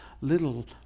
Little